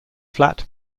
flat